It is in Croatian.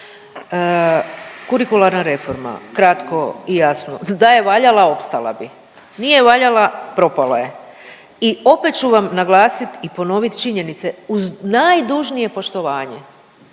Kurikularna reforma kratko i jasno, da je valjala opstala bi, nije valjala propalo je. I opet ću vam naglasit i ponovit činjenice uz najdužnije poštovanje